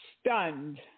stunned